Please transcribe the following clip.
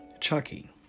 Chucky